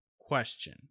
question